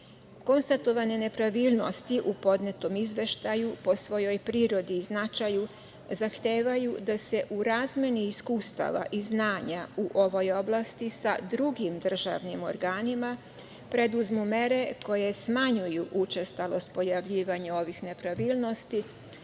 nabavki. Konstatovane nepravilnosti u podnetom izveštaju po svojoj prirodi i značaju zahtevaju da se u razmeni iskustava i znanja u ovoj oblasti sa drugim državnim organima preduzmu mere koje smanjuju učestalost pojavljivanja ovih nepravilnosti,